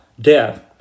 death